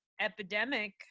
epidemic